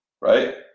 right